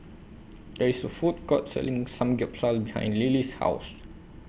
There IS A Food Court Selling behind Lillie's House